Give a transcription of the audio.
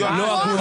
לא הגונה.